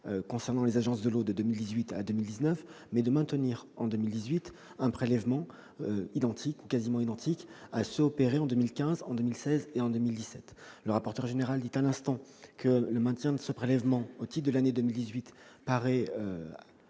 concernant les agences de l'eau de 2018 à 2019, mais de maintenir en 2018 un prélèvement identique ou quasi identique à ceux qui ont été opérés en 2015, 2016 et 2017. Le rapporteur général vient de déclarer que le maintien de ce prélèvement au titre de l'année 2018 paraissait